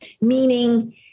Meaning